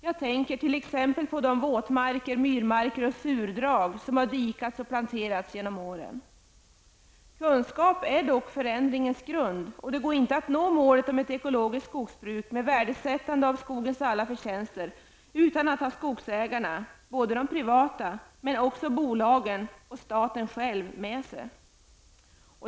Jag tänker t.ex. på de våtmarker, myrmarker och surdrag som har dikats och planterats genom åren. Kunskap är dock förändringens grund, och det går inte att nå målet om ett ekologiskt skogsbruk med värdesättande av skogens alla förtjänster utan att ha skogsägarna med sig -- såväl de privata som bolagen och staten själv.